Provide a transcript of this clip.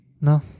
No